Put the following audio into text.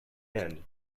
end